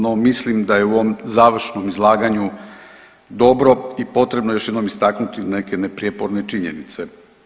No, mislim da je u ovom završnom izlaganju dobro i potrebno još jednom istaknuti neke neprijeporne činjenice.